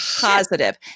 positive